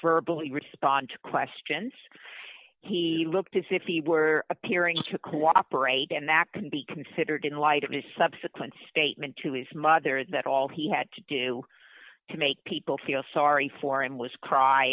bully respond to questions he looked as if he were appearing to cooperate and that can be considered in light of his subsequent statement to his mother that all he had to do to make people feel sorry for him was cry